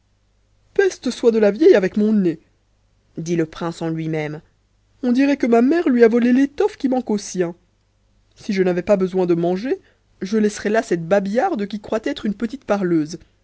peste soit de la vieille avec mon nez dit le prince en lui-même on dirait que ma mère lui a volé l'étoffe qui manque au sien si je n'avais pas besoin de manger je laisserais là cette babillarde qui croit être petite parleuse